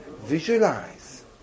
visualize